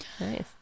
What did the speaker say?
nice